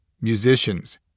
musicians